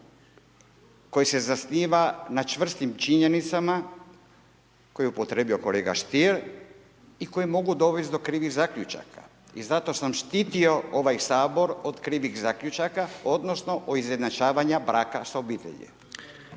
koje se zasniva na čvrstim činjenicama koje je upotrijebio kolega Stier i koje mogu dovesti do krivih zaključaka i zato sam štitio ovaj Sabor od krivih zaključaka odnosno od izjednačavanja braka sa obitelji.